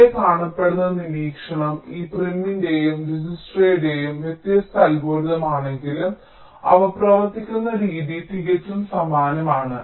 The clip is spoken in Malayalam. ഇവിടെ കാണപ്പെടുന്ന നിരീക്ഷണം ഈ പ്രിമിന്റെയും ദിജ്ക്സ്ട്രയുടെയും വ്യത്യസ്ത അൽഗോരിതം ആണെങ്കിലും അവ പ്രവർത്തിക്കുന്ന രീതി തികച്ചും സമാനമാണ്